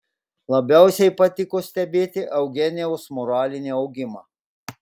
labiausiai patiko stebėti eugenijaus moralinį augimą